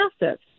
massive